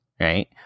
right